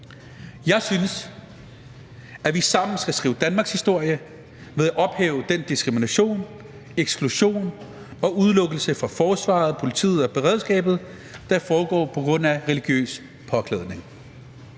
Jeg synes, at vi sammen skal skrive danmarkshistorie ved at ophæve den diskrimination og eksklusion og udelukkelsen fra forsvaret, politiet og beredskabet, der foregår på grund af religiøs påklædning.